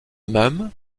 même